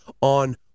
on